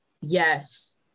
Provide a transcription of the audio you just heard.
yes